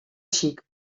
xic